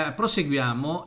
proseguiamo